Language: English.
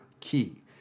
key